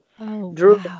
drew